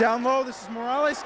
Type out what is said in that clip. download the smallest